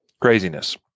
craziness